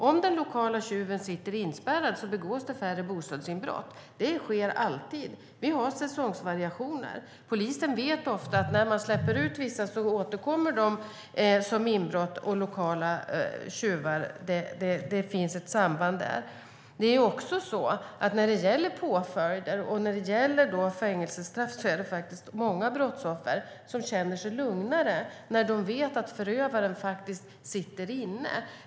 Om den lokala tjuven sitter inspärrad begås det färre bostadsinbrott. Så är det alltid. Vi har säsongsvariationer. Polisen vet ofta att när de släpper ut vissa återkommer de som lokala tjuvar vid inbrott; det finns ett samband. När det gäller påföljder och fängelsestraff är det många brottsoffer som känner sig lugnare när de vet att förövaren sitter inne.